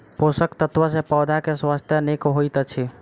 पोषक तत्व सॅ पौधा के स्वास्थ्य नीक होइत अछि